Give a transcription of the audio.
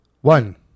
One